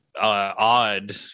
Odd